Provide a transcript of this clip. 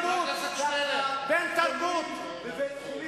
תחת חולים בבית-חולים?